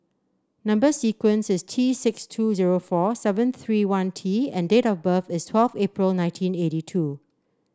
number sequence is T six two zero four seven three one T and date of birth is twelve April nineteen eighty two